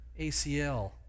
ACL